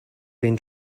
been